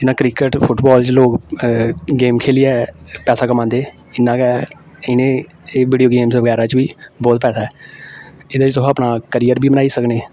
जियां cricket football च लोक गेम खेलियै पैसा कमांदे इ'यां गै इनें एह् वीडियो गेम्स बगैरा च बी बहुत पैसा ऐ एह्दे च तुस अपना कैरियर बी बनाई सकनें